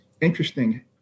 interesting